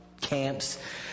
camps